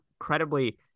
incredibly